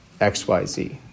XYZ